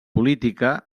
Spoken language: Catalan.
política